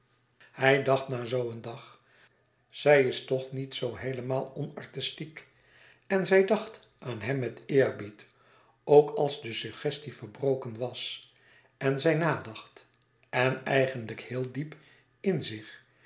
hij dacht na zoo een dag zij is toch niet zoo heelemaal onartistiek en zij dacht aan hem met eerbied ook als de suggestie verbroken was en zij nadacht en eigelijk heel diep in zich